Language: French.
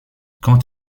quant